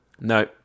No